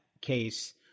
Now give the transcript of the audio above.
case